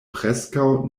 preskaŭ